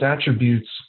attributes